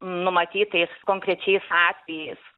numatytais konkrečiais atvejais